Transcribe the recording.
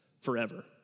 forever